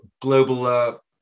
global